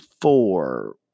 four